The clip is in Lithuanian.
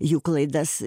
jų klaidas